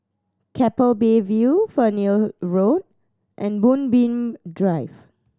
Keppel Bay View Fernhill Road and Moonbeam Drive